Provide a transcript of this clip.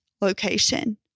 location